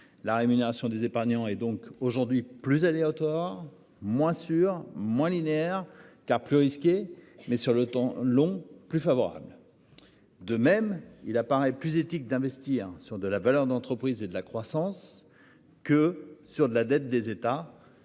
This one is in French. La rémunération des épargnants et donc aujourd'hui plus aléatoire moins sûrs moins linéaire car plus risqué mais sur le temps long plus favorable. De même, il apparaît plus éthique d'investir sur de la valeur d'entreprise et de la croissance que sur de la dette des États.